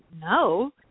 no